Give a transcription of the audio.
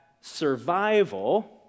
survival